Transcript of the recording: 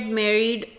married